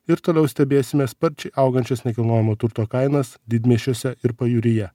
ir toliau stebėsime sparčiai augančias nekilnojamo turto kainas didmiesčiuose ir pajūryje